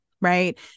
Right